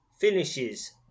finishes